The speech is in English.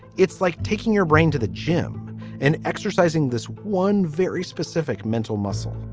it's like taking your brain to the gym and exercising this one very specific mental muscle